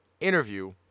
interview